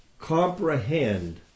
comprehend